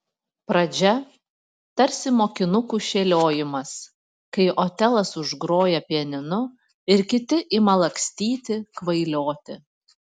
pradžia tarsi mokinukų šėliojimas kai otelas užgroja pianinu ir kiti ima lakstyti kvailioti